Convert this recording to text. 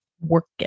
working